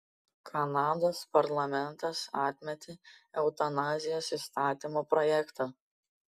kanados parlamentas atmetė eutanazijos įstatymo projektą